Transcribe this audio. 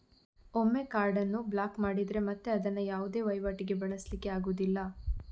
ಒಮ್ಮೆ ಕಾರ್ಡ್ ಅನ್ನು ಬ್ಲಾಕ್ ಮಾಡಿದ್ರೆ ಮತ್ತೆ ಅದನ್ನ ಯಾವುದೇ ವೈವಾಟಿಗೆ ಬಳಸ್ಲಿಕ್ಕೆ ಆಗುದಿಲ್ಲ